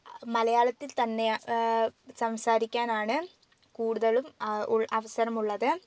മലയാളത്തിൽ തന്നെയാണ് സംസാരിക്കാനാണ് കൂടുതലും അവസരം ഉള്ളത്